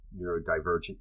neurodivergent